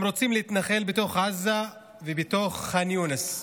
הם רוצים להתנחל בתוך עזה ובתוך ח'אן יונס.